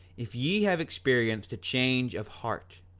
if ye have experienced a change of heart,